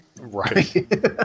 Right